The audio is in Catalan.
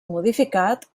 modificat